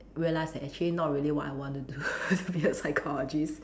realised that actually not what I want to do be a psychologist